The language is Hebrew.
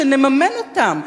שנממן אותם.